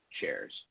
shares